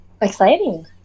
exciting